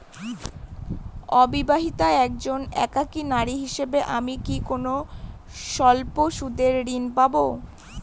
অবিবাহিতা একজন একাকী নারী হিসেবে আমি কি কোনো স্বল্প সুদের ঋণ পাব?